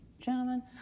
Gentlemen